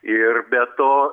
ir be to